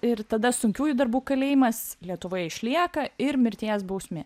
ir tada sunkiųjų darbų kalėjimas lietuvoje išlieka ir mirties bausmė